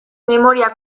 memoria